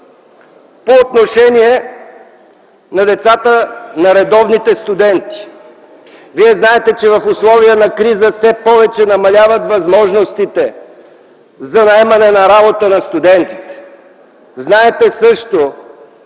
по отношение на децата на редовните студенти. Вие знаете, че в условията на криза все повече намаляват възможностите за наемане на работа на студенти. Знаете също,